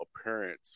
appearance